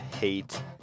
hate